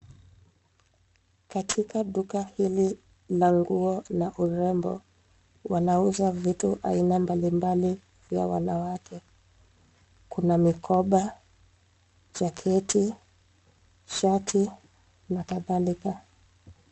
Katika duka hili la nguo na urembo, wanauza vitu aina mbali mbali vya wanawake. Kuna mikoba, jaketi, shati na kadhalika.